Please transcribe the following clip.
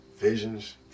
visions